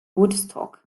woodstock